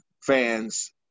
fans